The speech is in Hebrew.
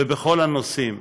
ובכל הנושאים,